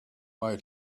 way